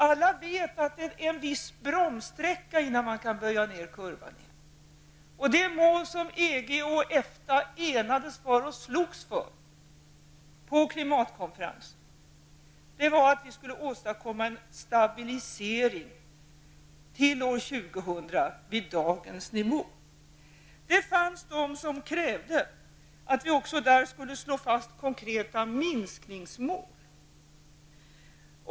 Alla vet att det behövs en viss bromssträcka, innan man kan böja ned kurvan igen. Det mål som EG och EFTA enades om och slogs för på klimatkonferensen var att vi till år 2000 skulle åstadkomma en stabilisering vid dagens nivå. Det fanns de som krävde att vi också där skulle slå fast konkreta minskningsmål.